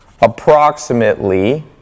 approximately